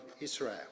Israel